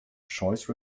choice